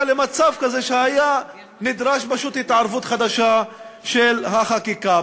למצב כזה שנדרשה התערבות חדשה של החקיקה.